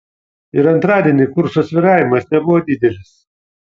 ir antradienį kurso svyravimas nebuvo didelis